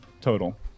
total